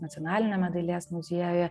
nacionaliniame dailės muziejuje